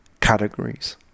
categories